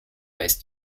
ist